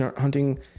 hunting